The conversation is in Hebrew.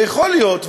ויכול להיות,